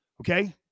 okay